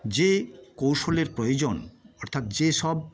চেয়ে কৌশলের প্রয়োজন অর্থাৎ যেসব